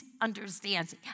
understands